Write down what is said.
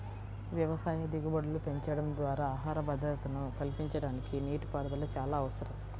వ్యవసాయ దిగుబడులు పెంచడం ద్వారా ఆహార భద్రతను కల్పించడానికి నీటిపారుదల చాలా అవసరం